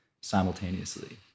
simultaneously